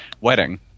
wedding